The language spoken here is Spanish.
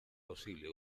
posible